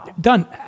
done